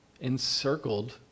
encircled